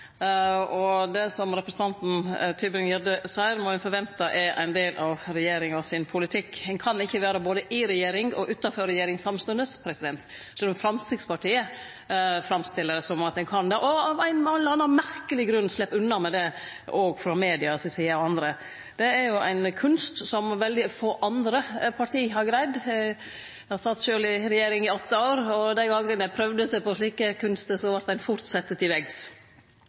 og det som representanten Tybring-Gjedde seier, må ein forvente er ein del av regjeringa sin politikk. Ein kan ikkje vere både i regjering og utanfor regjering samstundes, sjølv om Framstegspartiet framstiller det som om ein kan det – og av ein eller annan merkeleg grunn slepp unna med det, også frå media og andre si side. Det er ein kunst som veldig få andre parti har greidd. Eg sat sjølv i regjeringa i åtte år, og dei gongene ein prøvde seg på slike kunster, vart ein fort sett til